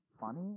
funny